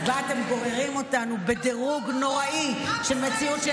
אתם גוררים אותנו בדירוג נוראי של מציאות של